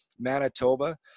Manitoba